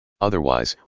Otherwise